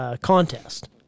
contest